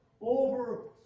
over